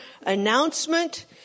announcement